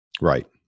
Right